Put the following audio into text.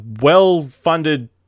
well-funded